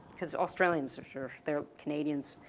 cause australians are sure, they're canadians,